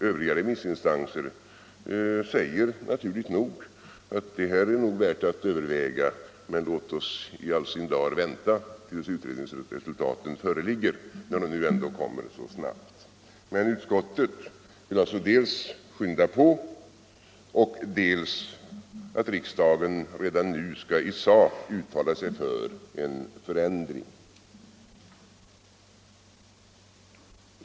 Övriga remissinstanser säger naturligt nog att detta är värt att överväga, men att vi i all sin dar skall vänta tills utredningsresultaten föreligger när de nu ändå kommer så snabbt. Men utskottet vill alltså dels skynda på frågan, dels att riksdagen redan nu i sak skall uttala sig för en förändring.